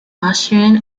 austrian